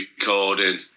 recording